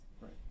Right